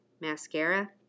Mascara